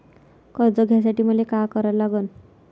कर्ज घ्यासाठी मले का करा लागन?